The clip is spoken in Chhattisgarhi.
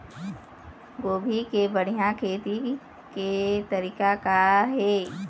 गोभी के बढ़िया खेती के तरीका का हे?